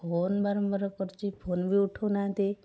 phone ବାରମ୍ବାର କରୁଛି phone ବି ଉଠଉ ନାହାଁନ୍ତି